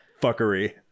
fuckery